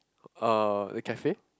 uh the cafe